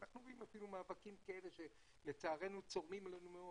אנחנו רואים אפילו מאבקים כאלה שלצערנו צורמים לנו מאוד,